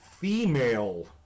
female